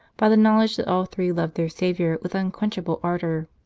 by the knowledge that all three loved their saviour with unquench able ardour.